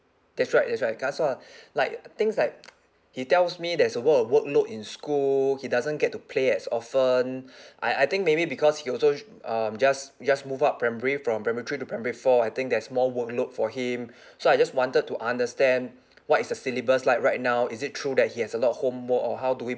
that's right that's right can I sort of like things like he tells me there's a lot of work load in school he doesn't get to play as often I I think maybe because he also um just just move up primary from primary three to primary four I think there's more work load for him so I just wanted to understand what is the syllabus like right now is it true that he has a lot of homework or how do we